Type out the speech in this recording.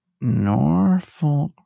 Norfolk